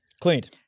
Cleaned